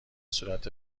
صورت